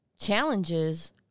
challenges